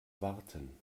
warten